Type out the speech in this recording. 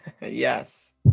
Yes